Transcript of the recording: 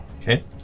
Okay